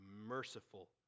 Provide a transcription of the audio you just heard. merciful